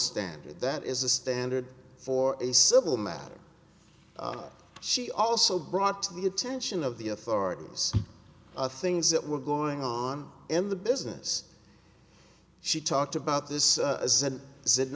standard that is a standard for a civil matter she also brought to the attention of the authorities things that were going on in the business she talked about this as and s